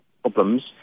problems